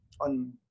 on